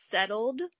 settled